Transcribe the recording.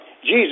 Jesus